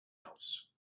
else